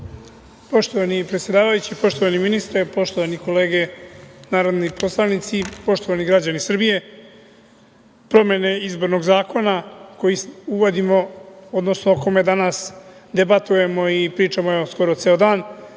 Poštovani predsedavajući, poštovani ministre, poštovane kolege narodni poslanici, poštovani građani Srbije. Promene Izbornog zakona koji uvodimo, odnosno o kome danas debatujemo i pričamo evo skoro ceo dan,